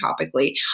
topically